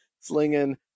slinging